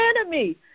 enemy